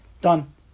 Done